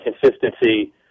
consistency